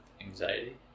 anxiety